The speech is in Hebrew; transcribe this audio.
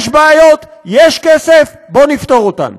יש בעיות, יש כסף, בואו נפתור אותן.